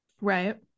Right